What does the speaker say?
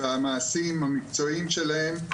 המעשים שלהם.